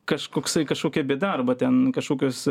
kažkoksai kažkokia bėda arba ten kažkokios